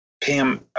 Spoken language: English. Pam